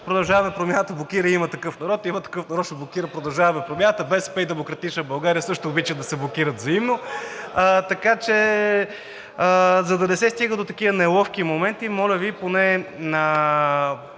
„Продължаваме Промяната“ блокира „Има такъв народ“, „Има такъв народ“ ще блокира „Продължаваме Промяната“, БСП и „Демократична България“ също обичат да се блокират взаимно. Така че за да не се стига до такива неловки моменти, моля Ви, поне